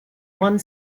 one